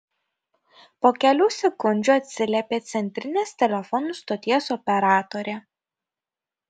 po kelių sekundžių atsiliepė centrinės telefonų stoties operatorė